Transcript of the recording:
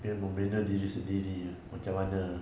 then membina diri sendiri eh macam mana